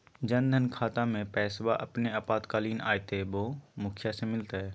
जन धन खाताबा में पैसबा अपने आपातकालीन आयते बोया मुखिया से मिलते?